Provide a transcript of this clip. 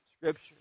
Scripture